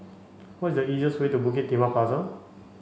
what is the easiest way to Bukit Timah Plaza